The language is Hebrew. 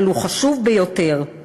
אבל הוא חשוב ביותר.